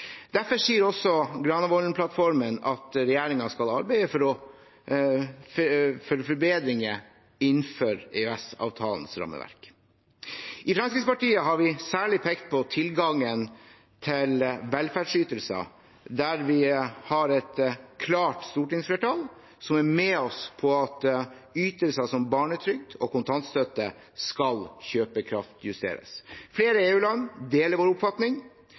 Derfor sier også Granavolden-plattformen at regjeringen skal arbeide for forbedringer innenfor EØS-avtalens rammeverk. I Fremskrittspartiet har vi særlig pekt på tilgangen til velferdsytelser, der vi har et klart stortingsflertall som er med oss på at ytelser som barnetrygd og kontantstøtte skal kjøpekraftsjusteres. Flere EU-land deler vår oppfatning,